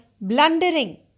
blundering